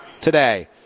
today